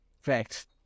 Facts